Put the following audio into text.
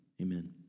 amen